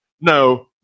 no